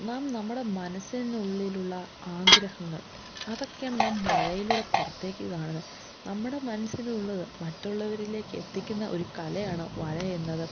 നാം നമ്മുടെ മനസ്സിന് ഉള്ളിലുള്ള ആഗ്രഹങ്ങൾ അതൊക്കെയാണ് നാം വരയിലൂടെ പുറത്തേക്കു കാണുന്നത് നമ്മുടെ മനസ്സിലുള്ളത് മറ്റുള്ളവരിലേക്ക് എത്തിക്കുന്ന ഒരു കലയാണ് വരയെന്നത്